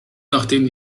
nachdem